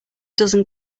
dozen